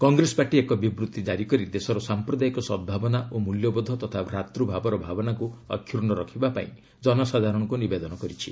Congress party ଏକ ବିବୃତ୍ତି ଜାରି କରି ଦେଶର ସାମ୍ପ୍ରଦାୟିକ ସଦ୍ଭାବନା ଓ ମୂଲ୍ୟବୋଧ ତଥା ଭ୍ରାତୃଭାବର ଭାବନାକୁ ଅକ୍ଷୁର୍ଶ୍ଣ ରଖିବା ପାଇଁ ଜନସାଧାରଣଙ୍କୁ ନିବେଦନ କରିଛି